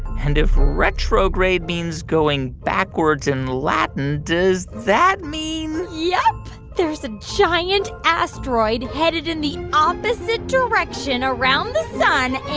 and if retrograde means going backwards in latin, does that mean. yep. there's a giant asteroid headed in the opposite direction around the sun.